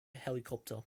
helicopter